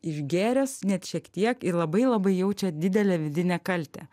išgėręs net šiek tiek ir labai labai jaučia didelę vidinę kaltę